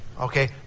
Okay